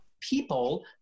people